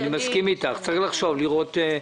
אני מסכים אתך, צריך לחשוב ולראות.